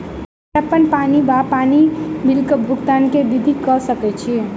हम्मर अप्पन पानि वा पानि बिलक भुगतान केँ विधि कऽ सकय छी?